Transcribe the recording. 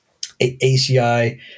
ACI